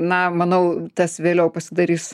na manau tas vėliau pasidarys